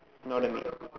no that mean